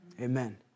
Amen